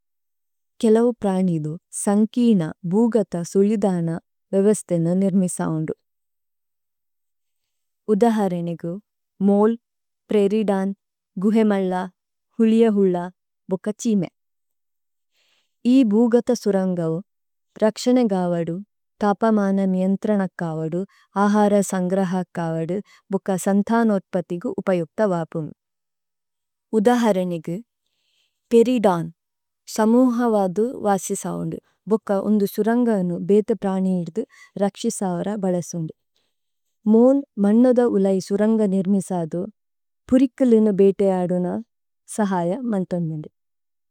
കേലൌ പ്രനിലു സṅകിന ബുഗത സുലിദന വേവസ്തേന നിര്മിസൌന്ദു। ഉദഹരനിഗു, മോല്, പ്രേരിദന്, ഗുഹേ മല്ല, ഹുലിഏ ഹുല്ല, ബുക ചിമേ। ഇ ബുഗത സുരṅഗൌ, രക്ṣഅന ഗവദു, തപമന നിയന്ത്രനക്കവദു, അഹര സṅഗ്രഹക്കവദു, ബുക സന്തനോത്പതിഗു ഉപയുക്ത വപുനു। ഉദഹരനിഗു, പേരിദന്, സമുഹവദു വസിസൌന്ദു, ബുക ഉന്ദു സുരṅഗനു ബേത പ്രനിരുദു, രക്ṣഇ സവര ബലസുന്ദു। മോല്, മന്നദ ഉലൈ സുരന്ഗ നിര്മിസദു, പുരിക്ലിന ബേത അദുന സഹയ മല്തോന്ദുന്ദു।